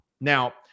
Now